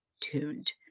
tuned